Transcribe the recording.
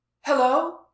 Hello